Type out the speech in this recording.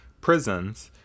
prisons